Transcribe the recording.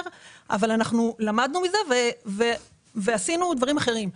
אבל אנחנו למדנו מזה ועשינו דברים אחרים.